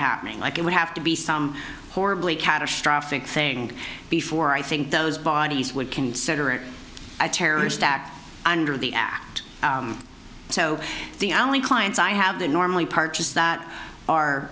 happening like it would have to be some horribly catastrophic thing before i think those bodies would consider it a terrorist act under the act so the only clients i have that normally parties that